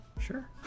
Sure